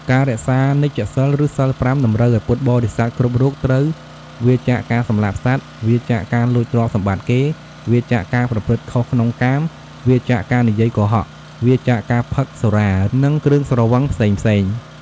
ការរក្សានិច្ចសីល ឬសីល ៥ តម្រូវឲ្យពុទ្ធបរិស័ទគ្រប់រូបត្រូវ វៀរចាកការសម្លាប់សត្វ វៀរចាកការលួចទ្រព្យសម្បត្តិគេ វៀរចាកការប្រព្រឹត្តខុសក្នុងកាម វៀរចាកការនិយាយកុហក វៀរចាកការផឹកសុរា និងគ្រឿងស្រវឹងផ្សេងៗ។